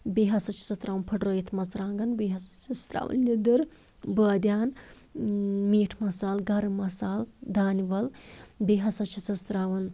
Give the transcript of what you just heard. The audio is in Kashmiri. بیٚیہِ ہسا چھِسس ترٛاوان پھٕٹرٲوِتھ مرژٕوانگَن بیٚیہِ ہسا چھِسس تراوان لِدٕر بٲدیان میٖٹ مصالہٕ گرم مصال دانہِ وَل بیٚیہِ ہسا چھِسس تراوان